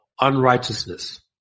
unrighteousness